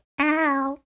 Ow